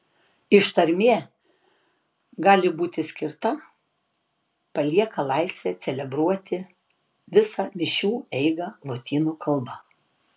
ištarmė gali būti skirta palieka laisvę celebruoti visą mišių eigą lotynų kalba